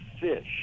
fish